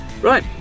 Right